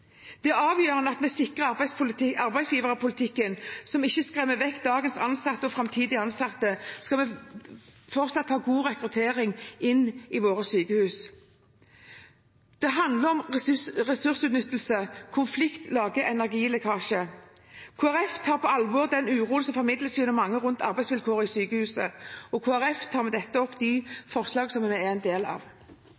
Det er avgjørende at vi sikrer en arbeidsgiverpolitikk som ikke skremmer vekk dagens og framtidens ansatte, dersom vi fortsatt skal ha god rekruttering til våre sykehus. Det handler om ressursutnyttelse: Konflikt lager energilekkasje. Kristelig Folkeparti tar på alvor den uroen som formidles av mange om arbeidsvilkår i sykehusene. Jeg tar med dette opp